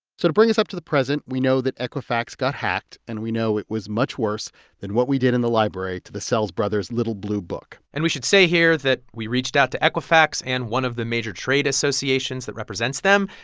so to bring us up to the present, we know that equifax got hacked. and we know it was much worse than what we did in the library to the cells brothers' little blue book and we should say here that we reached out to equifax and one of the major trade associations that represents them.